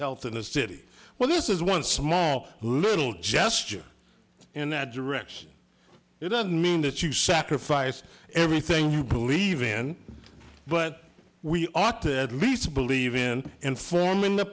health in the city well this is one small little gesture in that direction it doesn't mean that you sacrifice everything you believe in but we ought to ed meese believe in informing the